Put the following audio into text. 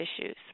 issues